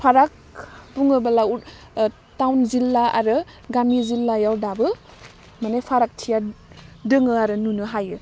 फाराग बुङोब्ला उट टाउन जिल्ला आरो गामि जिल्लायाव दाबो मानि फारागथिया दोङो आरो नुनो हायो